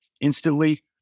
instantly